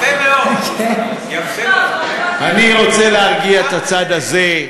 אני רוצה להרגיע את הצד הזה,